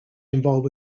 involve